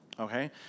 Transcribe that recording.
Okay